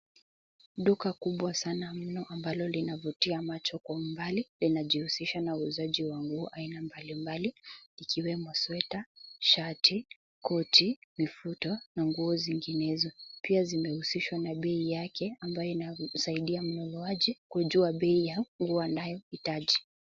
Duka kubwa sana mno ambalo linavutia macho kwa umbali linajiusisha na uuzaji wa nguo aina mbali mbali zikiwemo sweta, shati, koti, vifuto na nguo zinginezo. Pia zimehusishwa na bei yake ambayo inamsaidia mnunuaji kujua bei ya nguo anayo hitaji.